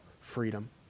freedom